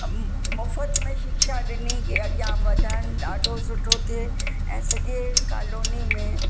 मुफ़्त में शिक्षा ॾिनी कि अॻियां वधनि ॾाढो सुठो थिए ऐं सॼे कालोनी में